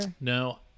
No